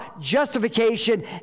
justification